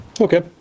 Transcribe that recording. Okay